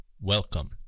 welcome